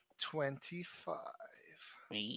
twenty-five